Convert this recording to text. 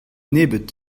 nebeud